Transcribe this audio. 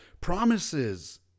promises